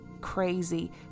crazy